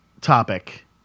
topic